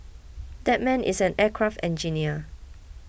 that man is an aircraft engineer